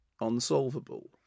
unsolvable